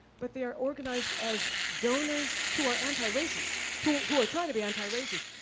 but they're organized as donors who are anti-racist, who who are trying to be anti-racist.